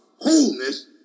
wholeness